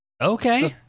okay